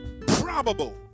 probable